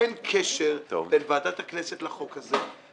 אין קשר בין ועדת הכנסת לחוק הזה.